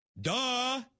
Duh